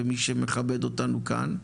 ומי שמכבד אותנו כאן.